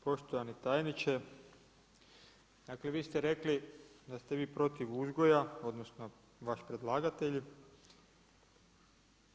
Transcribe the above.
Pa poštovani tajniče, dakle vi ste rekli da ste vi protiv uzgoja, odnosno vaš predlagatelj,